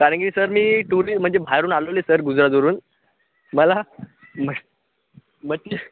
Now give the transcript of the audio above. कारण की सर मी टुरी म्हणजे बाहेरून आलेलो आहे सर गुजरातवरून मला म्हश् मच्छ